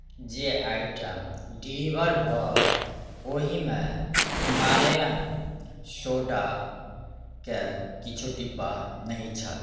जे item deliver भेल ओहिमे हिमालयन सोडाके किछु डिब्बा नहि छल